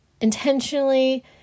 intentionally